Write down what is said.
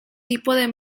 tipo